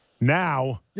Now